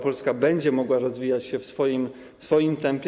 Polska będzie mogła rozwijać się w swoim tempie.